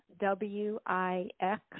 W-I-X